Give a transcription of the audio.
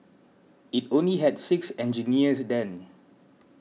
it only had six engineers then